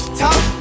top